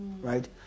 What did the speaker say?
right